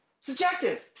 Subjective